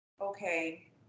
okay